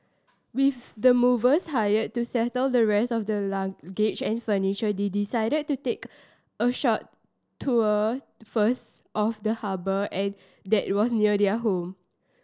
with the movers hired to settle the rest of their luggage and furniture they decided to take a short tour first of the harbour that was near their home